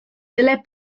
dylai